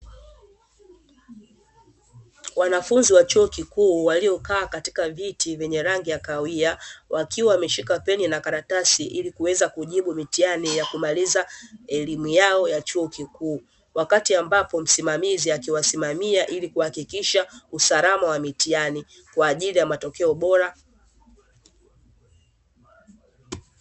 Wanafunzi wa chuo kikuu waliokaa katika viti vyenye rangi ya kahawia, wakiwa wameshika peni na karatasi, ili kuweza kujibu mitihani ya kumaliza elimu yao ya chuo kikuu. Wakati ambapo msimamizi akiwasimamia ili kuhakikisha usalama wa mitihani kwa ajili ya matokeo bora.